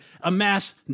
amass